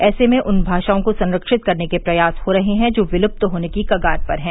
ऐसे में उन भाषाओं को संरक्षित करने के प्रयास हो रहे हैं जो विलुप्त होने की कगार पर हैं